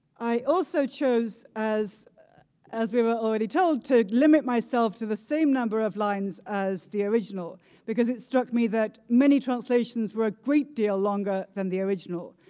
i also chose, as as we were already told, to limit myself to the same number of lines as the original because it struck me that many translations were a great deal longer than the original.